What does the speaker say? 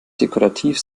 dekorativ